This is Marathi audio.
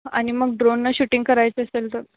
आणि मग ड्रोनंनं शूटिंग करायचं असेल तर